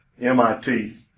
MIT